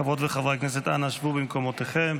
חברות וחברי הכנסת, אנא שבו במקומותיכם.